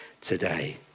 today